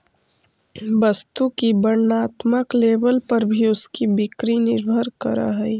वस्तु की वर्णात्मक लेबल पर भी उसकी बिक्री निर्भर करअ हई